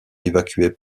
évacués